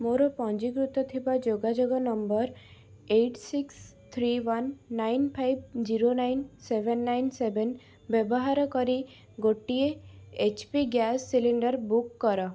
ମୋର ପଞ୍ଜୀକୃତ ଥିବା ଯୋଗାଯୋଗ number eight six three one nine five zero nine seven nine seven ବ୍ୟବାହାର କରି ଗୋଟିଏ H P gas cylinder book କର